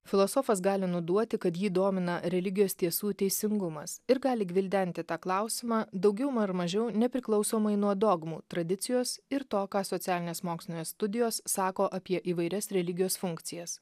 filosofas gali nuduoti kad jį domina religijos tiesų teisingumas ir gali gvildenti tą klausimą daugiau m ar mažiau nepriklausomai nuo dogmų tradicijos ir to ką socialinės mokslinės studijos sako apie įvairias religijos funkcijas